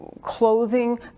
clothing